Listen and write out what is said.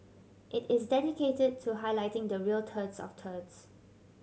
it is dedicated to highlighting the real turds of turds